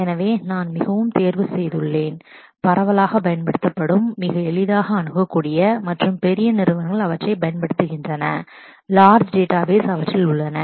எனவே நான் மிகவும் தேர்வு செய்துள்ளேன் பரவலாகப் பயன்படுத்தப்படும் மிக எளிதாக அணுகக்கூடிய மற்றும் பெரிய நிறுவனங்கள் அவற்றைப் பயன்படுத்துகின்றன லார்ஜ் டேட்டாபேஸ் அவற்றில் உள்ளன